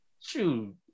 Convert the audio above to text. shoot